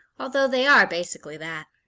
although they are basically that.